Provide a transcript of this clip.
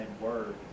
word